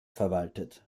verwaltet